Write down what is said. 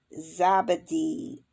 Zabadi